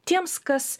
tiems kas